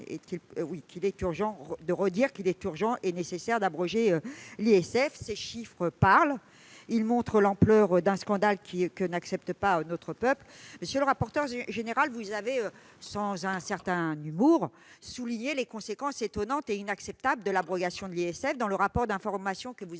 de dire qu'il était urgent et nécessaire d'abroger l'ISF ? Ces chiffres parlent, ils montrent l'ampleur d'un scandale que n'accepte pas notre peuple. Monsieur le rapporteur général, vous avez souligné, non sans un certain humour, les conséquences étonnantes et inacceptables de l'abrogation de l'ISF dans le rapport d'information que vous